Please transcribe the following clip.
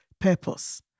purpose